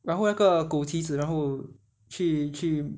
然后那个枸杞子然后去去